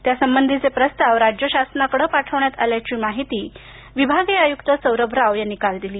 त्यासंबंधीचे प्रस्ताव राज्य शासनाकडे पाठवण्यात आल्याची माहिती विभागीय आयुक्त सौरभ राव यांनी काल दिली